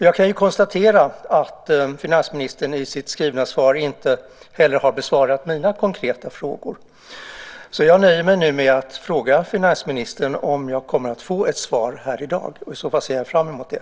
Jag kan konstatera att finansministern i sitt skrivna svar inte heller har besvarat mina konkreta frågor. Så jag nöjer mig med att fråga finansministern om jag kommer att få ett svar här i dag. I så fall ser jag fram emot det.